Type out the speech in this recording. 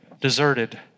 deserted